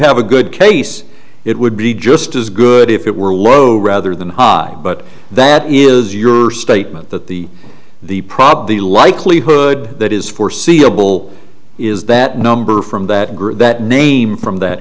have a good case it would be just as good if it were low rather than high but that is your statement that the the prob the likelihood that is foreseeable is that number from that group that name from that